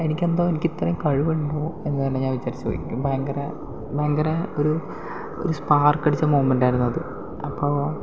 എനിക്ക് എന്തോ എനിക്ക് ഇത്രയും കഴിവുണ്ടോ എന്ന് തന്നെ ഞാൻ വിചാരിച്ചുപോയി പിന്നെ ഭയങ്കര ഭയങ്കര ഒരു ഒരു സ്പാർക് അടിച്ച മോമെന്റായിരുന്നു അത് അപ്പോൾ